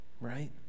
right